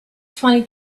twenty